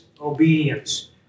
obedience